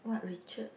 what Richard